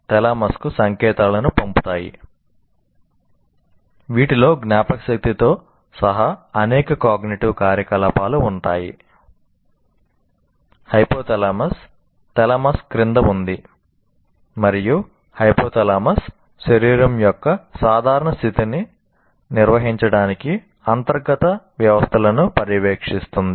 thalamus శరీరం యొక్క సాధారణ స్థితిని నిర్వహించడానికి అంతర్గత వ్యవస్థలను పర్యవేక్షిస్తుంది